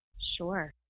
Sure